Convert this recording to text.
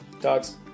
dogs